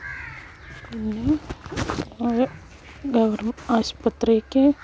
ഇങ്ങനെ ആശുപത്രിക്ക്